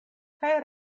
kaj